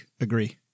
agree